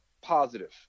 positive